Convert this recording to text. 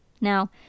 Now